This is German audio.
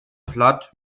platt